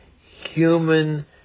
human